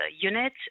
unit